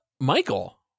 Michael